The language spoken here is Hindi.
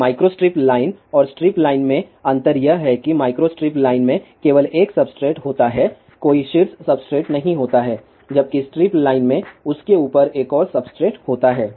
अब माइक्रोस्ट्रिप लाइन और स्ट्रिप लाइन में अंतर यह है कि माइक्रोस्ट्रिप लाइन में केवल 1 सब्सट्रेट होता है कोई शीर्ष सब्सट्रेट नहीं होता है जबकि स्ट्रिप लाइन में उसके ऊपर एक और सब्सट्रेट होता है